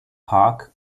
park